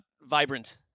vibrant